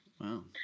Wow